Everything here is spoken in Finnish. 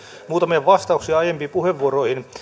muutamia vastauksia aiempiin puheenvuoroihin